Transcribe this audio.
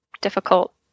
difficult